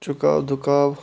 چُکاو دُکاو